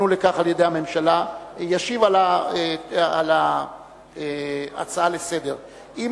לכך על-ידי הממשלה ישיב על ההצעה לסדר-היום.